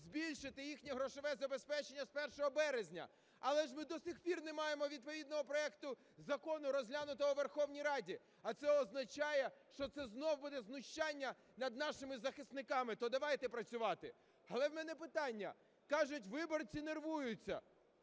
збільшити їхнє грошове забезпечення з 1 березня. Але ж ми до сих пір не маємо відповідного проекту закону, розглянутого у Верховній Раді. А це означає, що це знову буде знущання над нашими захисниками. То давайте працювати. Але в мене питання, кажуть, виборці нервуються.